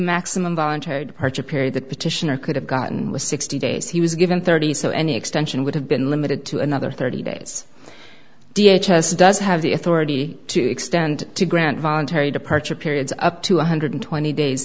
maximum voluntary departure period the petitioner could have gotten was sixty days he was given thirty so any extension would have been limited to another thirty days d h does have the authority to extend to grant voluntary departure periods up to one hundred twenty days